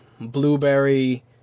Blueberry